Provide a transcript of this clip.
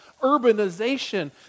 urbanization